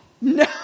No